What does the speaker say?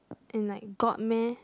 and like got meh